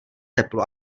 teplo